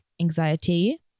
anxiety